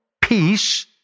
peace